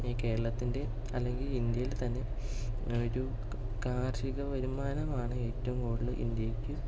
ഈ കേരളത്തിൻ്റെ അല്ലെങ്കിൽ ഇന്ത്യയിൽത്തന്നെ ഒരു കാർഷിക വരുമാനമാണ് ഏറ്റവും കൂടുതൽ ഇന്ത്യയ്ക്ക്